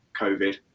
COVID